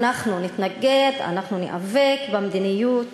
אנחנו נתנגד, אנחנו ניאבק במדיניות